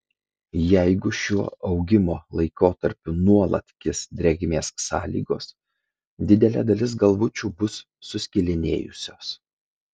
jeigu šiuo augimo laikotarpiu nuolat kis drėgmės sąlygos didelė dalis galvučių bus suskilinėjusios